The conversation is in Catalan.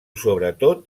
sobretot